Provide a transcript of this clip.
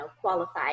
qualified